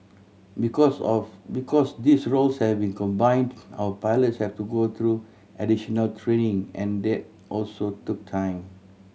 because of because these roles have been combine our pilots have to go through additional training and that also took time